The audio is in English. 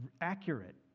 accurate